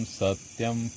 satyam